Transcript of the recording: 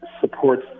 supports